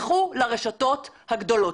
לכו לרשתות הגדולות.